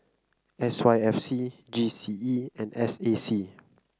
S Y F C G C E and S A C